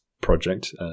project